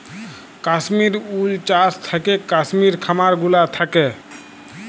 কাশ্মির উল চাস থাকেক কাশ্মির খামার গুলা থাক্যে